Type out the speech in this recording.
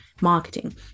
marketing